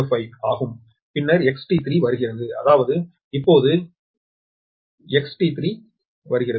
205 ஆகும் பின்னர் XT3 வருகிறது அதாவது இப்போது XT3 வருகிறது